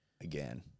Again